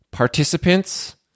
Participants